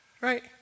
Right